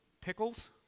pickles